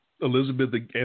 Elizabeth